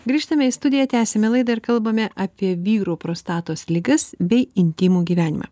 grįžtame į studiją tęsiame laidą ir kalbame apie vyrų prostatos ligas bei intymų gyvenimą